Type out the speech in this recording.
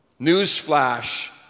newsflash